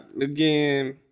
again